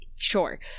sure